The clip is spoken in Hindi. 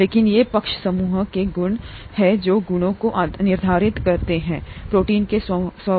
लेकिन ये पक्ष समूहों के गुण हैं जो गुणों को निर्धारित करते हैं प्रोटीन के स्व